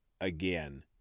again